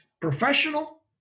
professional